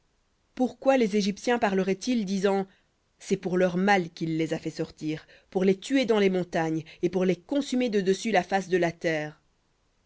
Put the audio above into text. pourquoi les égyptiens parleraient ils disant c'est pour leur mal qu'il les a fait sortir pour les tuer dans les montagnes et pour les consumer de dessus la face de la terre